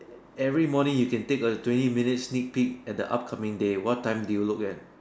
every morning you can take a twenty minutes sneak peek at the upcoming day what time do you look at